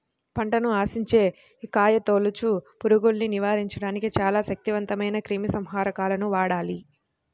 పంటను ఆశించే కాయతొలుచు పురుగుల్ని నివారించడానికి చాలా శక్తివంతమైన క్రిమిసంహారకాలను వాడాలి